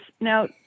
now